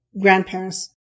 grandparents